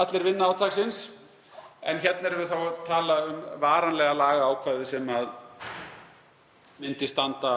Allir vinna átaksins, en hérna erum við þá að tala um varanlega lagaákvæðið sem myndi standa